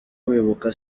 wibuka